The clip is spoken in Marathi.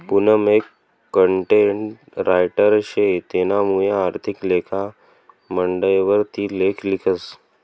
पूनम एक कंटेंट रायटर शे तेनामुये आर्थिक लेखा मंडयवर ती लेख लिखस